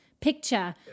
picture